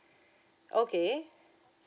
okay